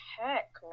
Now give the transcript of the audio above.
heck